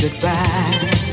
goodbye